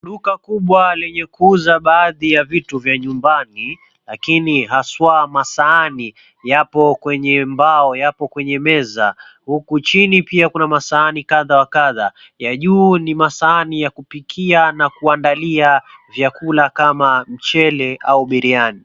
Duka kubwa lenye kuuza baadhi ya vitu vya nyumbani lakini haswa masahani yapo kwenye mbao yapo kwenye meza, huku chini pia kuna masahani kadha wa kadha ya juu ni masahani ya kupikia na kuandalia vyakula kama mchele au biriani.